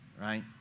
right